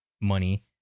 money